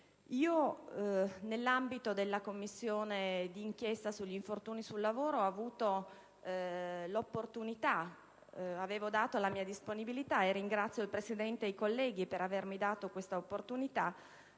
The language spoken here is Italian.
Nell'ambito della Commissione di inchiesta sugli infortuni sul lavoro ho avuto l'opportunità - avevo dato la mia disponibilità e ringrazio il Presidente e i colleghi per avermelo permesso - di